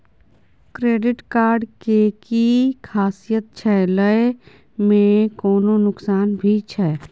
Credit card के कि खासियत छै, लय में कोनो नुकसान भी छै?